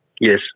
Yes